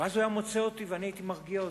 ואז הוא היה מוצא אותי ואני הייתי מרגיע אותו.